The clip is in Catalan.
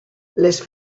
les